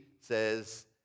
says